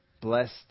blessed